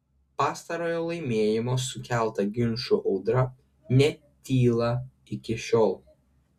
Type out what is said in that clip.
pastarojo laimėjimo sukelta ginčų audra netyla iki šiol